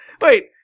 wait